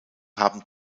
haben